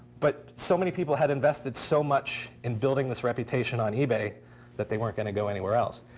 but so many people had invested so much in building this reputation on ebay that they weren't going to go anywhere else.